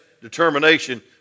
determination